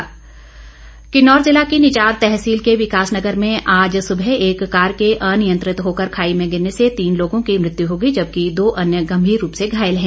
दुर्घटना किन्नौर जिला की निचार तहसील के विकासनगर में आज सुबह एक कार के अनियंत्रित होकर खाई में गिरने से तीन लोगों की मृत्यु हो गई जबकि दो अन्य गंभीर रूप से घायल हैं